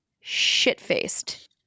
shit-faced